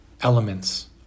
elements